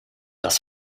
das